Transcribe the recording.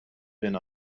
been